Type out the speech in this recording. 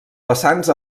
vessants